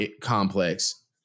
complex